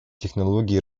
технологии